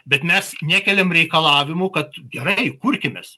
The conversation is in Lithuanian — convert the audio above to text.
bet mes nekeliam reikalavimų kad gerai kurkimės